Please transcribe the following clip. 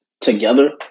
together